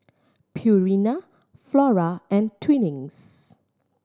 Purina Flora and Twinings